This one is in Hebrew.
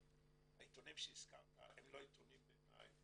העיתונים שהזכרת הם לא עיתונים בעיני,